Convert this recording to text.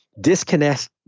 disconnect